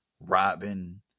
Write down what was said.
Robin